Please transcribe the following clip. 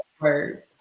word